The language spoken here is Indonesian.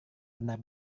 benar